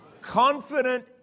confident